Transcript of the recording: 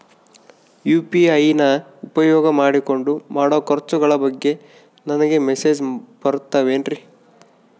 UPI ನ ಉಪಯೋಗ ಮಾಡಿಕೊಂಡು ಮಾಡೋ ಖರ್ಚುಗಳ ಬಗ್ಗೆ ನನಗೆ ಮೆಸೇಜ್ ಬರುತ್ತಾವೇನ್ರಿ?